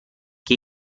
che